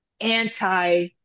anti